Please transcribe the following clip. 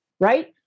right